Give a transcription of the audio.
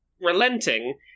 relenting